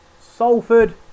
Salford